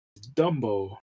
Dumbo